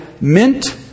mint